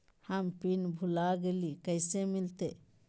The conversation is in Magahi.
हम पिन भूला गई, कैसे मिलते?